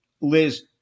Liz